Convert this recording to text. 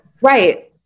Right